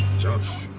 josh,